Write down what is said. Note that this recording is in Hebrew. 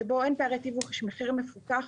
שבו אין פערי תיווך אלא יש מחיר מפוקח,